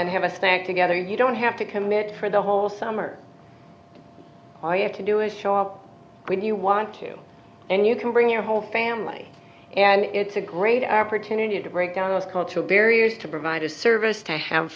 then have a snack together you don't have to commit for the whole summer well you can do is show up when you want to and you can bring your whole family and it's a great opportunity to break down those cultural barriers to provide a service to have